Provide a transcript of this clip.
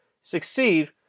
succeed